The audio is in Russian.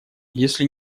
если